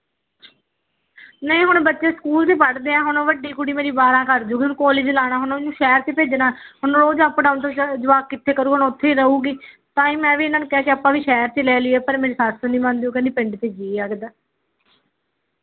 ਨਹੀਂ ਹੁਣ ਬੱਚੇ ਸਕੂਲ ਵੀ ਪੜ੍ਹਦੇ ਆ ਹੁਣ ਉਹ ਵੱਡੀ ਕੁੜੀ ਮੇਰੀ ਬਾਰਾਂ ਕਰ ਜਾਊਗੀ ਕਾਲਜ ਲਾਣਾ ਹੁਣ ਇਹਨੂੰ ਸ਼ਹਿਰ 'ਚ ਭੇਜਣਾ ਹੁਣ ਰੋਜ਼ ਅਪ ਡਾਊਨ ਜਵਾਕ ਕਿੱਥੇ ਕਰੇਗਾ ਹੁਣ ਉੱਥੇ ਰਹੇਗੀ ਤਾਂ ਹੀ ਮੈਂ ਵੀ ਇਹਨਾਂ ਨੂੰ ਕਿਹਾ ਕਿ ਆਪਾਂ ਵੀ ਸ਼ਹਿਰ 'ਚ ਲੈ ਲਈਏ ਪਰ ਮੇਰੇ ਸੱਸ ਨਹੀਂ ਮੰਨਦੀ ਕਹਿੰਦੀ ਪਿੰਡ 'ਚ ਜੀ ਲੱਗਦਾ